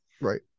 Right